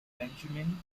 benjamin